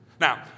Now